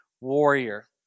warrior